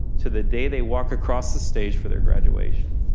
to the day they walk across the stage for their graduation.